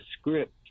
script